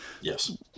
Yes